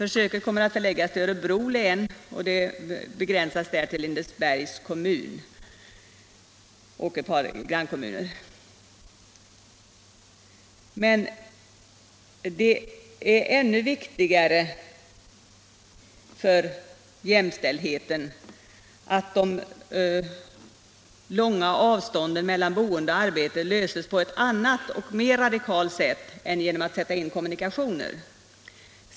Försöken kommer att förläggas till Örebro län och begränsas där till Lindesbergs kommun och ett par grannkommuner. Men det är ännu viktigare för jämställdheten att problemet med de långa avstånden mellan bostad och arbete löses på ett annat och mer radikalt sätt än genom att ordna kommunikationer.